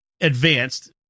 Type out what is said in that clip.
advanced